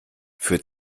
für